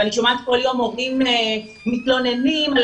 אני שומעת כל יום הורים מתלוננים על